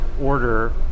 order